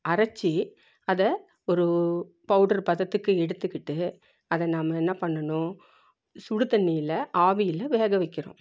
அரைத்து அதை ஒரு பவுட்ரு பதத்துக்கு எடுத்துக்கிட்டு அதை நாம் என்ன பண்ணணும் சுடு தண்ணியில் ஆவியில் வேக வைக்கிறோம்